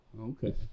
Okay